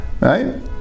right